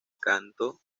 canto